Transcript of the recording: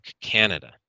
Canada